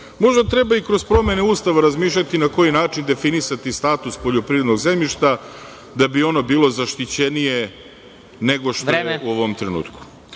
možda treba i kroz promene Ustava razmišljati na koji način definisati status poljoprivrednog zemljišta da bi ono bilo zaštićenije nego što je u ovom